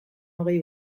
hogei